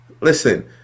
listen